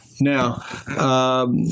Now